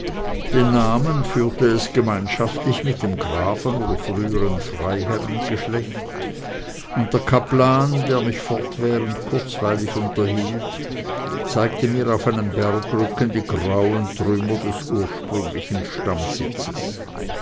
den namen führte es gemeinschaftlich mit dem grafen oder frühern freiherrengeschlecht und der kaplan der mich fortwährend kurzweilig unterhielt zeigte mir auf einem bergrücken die grauen trümmer des ursprünglichen stammsitzes